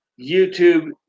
youtube